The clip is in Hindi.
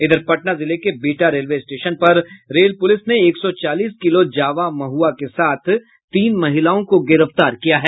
इधर पटना जिले के बिहटा रेलवे स्टेशन पर रेल पुलिस ने एक सौ चालीस किलो जावा महुआ के साथ तीन महिलाओं को गिरफ्तार किया है